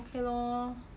okay lor